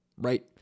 right